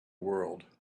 world